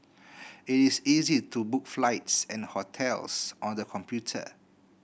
it is easy to book flights and hotels on the computer